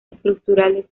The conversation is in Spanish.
estructurales